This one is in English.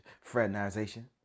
Fraternization